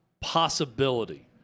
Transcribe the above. possibility